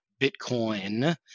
Bitcoin